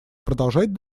продолжать